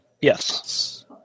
Yes